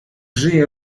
żyje